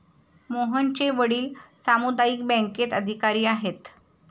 मोहनचे वडील सामुदायिक बँकेत अधिकारी आहेत